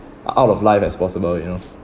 out of life as possible you know